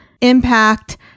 impact